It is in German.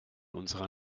unserer